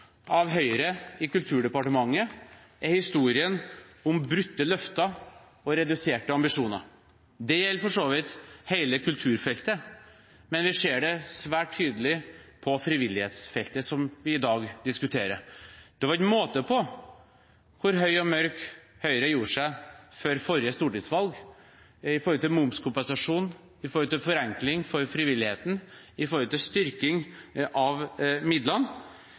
av Høyre i Kulturdepartementet, er historien om brutte løfter og reduserte ambisjoner. Det gjelder for så vidt hele kulturfeltet, men vi ser det svært tydelig på frivillighetsfeltet som vi i dag diskuterer. Det var ikke måte på hvor høy og mørk Høyre gjorde seg før forrige stortingsvalg når det gjaldt momskompensasjon, forenkling for frivilligheten og styrking av midlene.